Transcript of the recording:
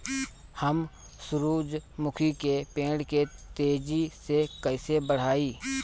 हम सुरुजमुखी के पेड़ के तेजी से कईसे बढ़ाई?